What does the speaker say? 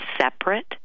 separate